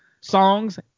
songs